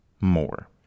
more